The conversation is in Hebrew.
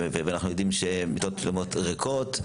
ואנחנו יודעים שמיטות שלמות ריקות.